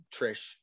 Trish